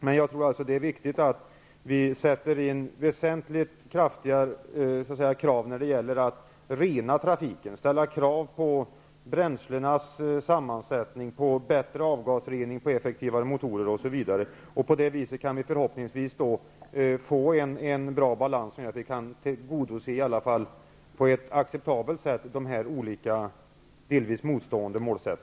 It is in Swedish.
Det är viktigt att ställa väsentligt högre krav på rening av utsläppen från trafiken, på bränslenas sammansättning, på bättre avgasrening, på effektivare motorer osv. På det viset kan vi förhoppningsvis åstadkomma en bra balans, så att de olika delvis motstående målen kan tillgodoses på ett i varje fall acceptabelt sätt.